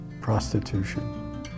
prostitution